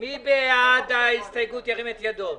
אנחנו סיכמנו עם השר שלא תהיה ריבית.